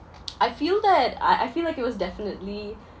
I feel that I I feel like it was definitely